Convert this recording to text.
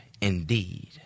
indeed